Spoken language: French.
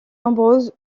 nombreuses